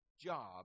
job